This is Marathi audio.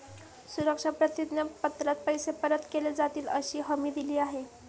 सुरक्षा प्रतिज्ञा पत्रात पैसे परत केले जातीलअशी हमी दिली आहे